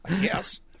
Yes